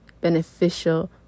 beneficial